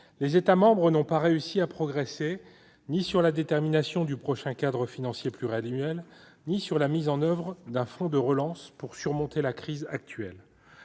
les États membres n'ont pas réussi à progresser ni sur la détermination du prochain cadre financier pluriannuel ni sur la mise en oeuvre d'un fonds de relance pour surmonter la crise actuelle.